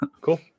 Cool